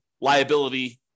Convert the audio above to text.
liability